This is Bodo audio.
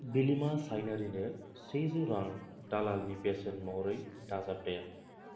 बिलिमा सायनारिनो सेजौ रां दालालनि बेसेन महरै दाजाबदेर